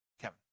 Kevin